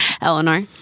Eleanor